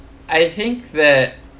I think that